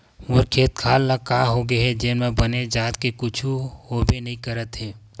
मोर खेत खार ल का होगे हे जेन म बने जात के कुछु होबे नइ करत हे